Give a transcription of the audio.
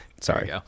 Sorry